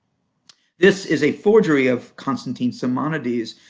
this is a forgery of constantine simonides,